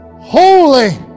holy